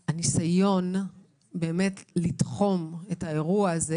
הניסיון לתחום את האירוע הזה,